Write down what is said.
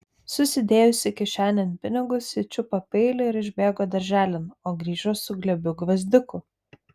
susidėjusi kišenėn pinigus ji čiupo peilį ir išbėgo darželin o grįžo su glėbiu gvazdikų